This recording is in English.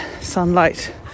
sunlight